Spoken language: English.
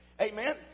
Amen